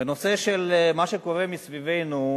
בנושא של מה שקורה מסביבנו,